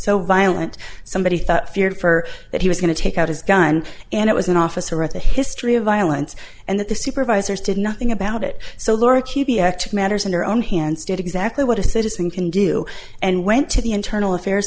so violent somebody thought feared for that he was going to take out his gun and it was an officer of the history of violence and that the supervisors did nothing about it so laura kuby actually matters in her own hands did exactly what a citizen can do and went to the internal affairs